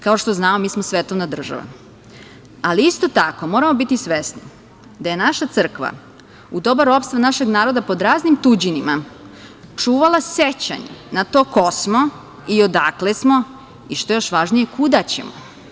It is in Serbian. Kao što znamo, mi smo svetovna država, ali isto tako moramo biti svesni da je naša crkva u doba ropstva našeg naroda, pod raznim tuđinima, čuvala sećanje na to ko smo i odakle smo i što je još važnije kuda ćemo.